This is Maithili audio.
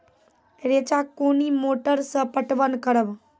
रेचा कोनी मोटर सऽ पटवन करव?